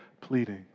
pleading